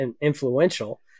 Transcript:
influential